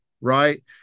right